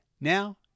Now